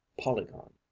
Polygon